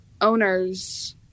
owners